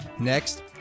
Next